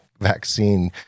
vaccine